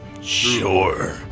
Sure